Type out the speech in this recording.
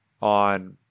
on